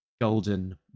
golden